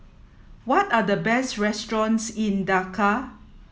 what are the best restaurants in Dakar